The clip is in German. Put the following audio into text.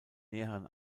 näheren